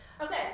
Okay